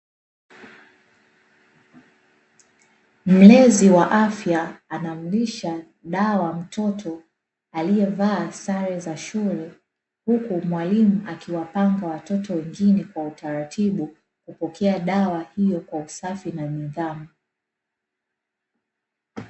Mlezi wa afya anamlisha dawa mtoto aliyevaa sare za shule, huku mwalimu akiwapanga watoto wengine kwa utaratibu kupokea dawa hiyo kwa usafi na nidhamu.